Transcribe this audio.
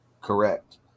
Correct